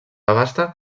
abasta